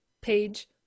page